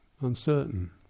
uncertain